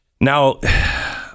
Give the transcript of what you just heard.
Now